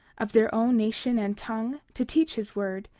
of their own nation and tongue, to teach his word,